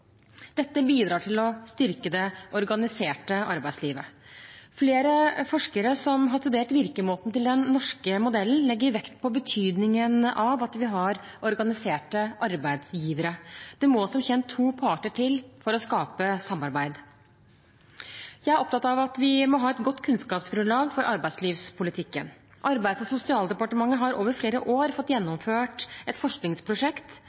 Dette bidrar til å styrke det organiserte arbeidslivet. Flere forskere som har studert virkemåten til den norske modellen, legger vekt på betydningen av at vi har organiserte arbeidsgivere. Det må som kjent to parter til for å skape samarbeid. Jeg er opptatt av at vi må ha et godt kunnskapsgrunnlag for arbeidslivspolitikken. Arbeids- og sosialdepartementet har over flere år fått gjennomført et forskningsprosjekt